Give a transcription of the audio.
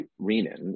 renin